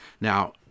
Now